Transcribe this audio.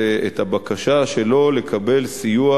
זה הבקשה שלו לקבל סיוע